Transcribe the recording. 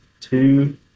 two